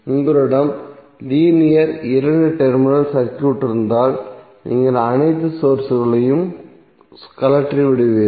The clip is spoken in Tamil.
உங்களிடம் லீனியர் இரண்டு டெர்மினல்கள் சர்க்யூட் இருந்தால் நீங்கள் அனைத்து சோர்ஸ்களையும் கழற்றிவிடுவீர்கள்